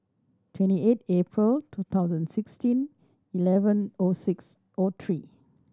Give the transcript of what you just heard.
twenty eight April two thousand sixteen eleven O six O three